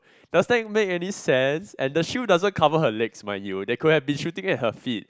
does that make any sense and the shield doesn't cover her legs mind you they could have been shooting at her feet